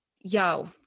yo